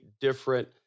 different